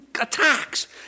attacks